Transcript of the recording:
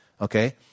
okay